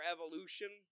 Evolution